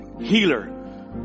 healer